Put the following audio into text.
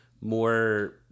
more